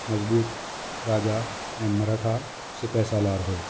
मज़बूत राजा ऐं मराठा सिपैसालार हुओ